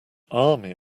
army